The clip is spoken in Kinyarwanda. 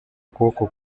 ukuboko